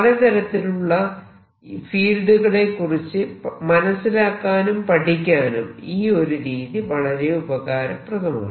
പലതരത്തിലുള്ള ഫീൽഡുകളെ കുറിച്ച് മനസിലാക്കാനും പഠിക്കാനും ഈ ഒരു രീതി വളരെ ഉപകാരപ്രദമാണ്